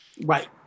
Right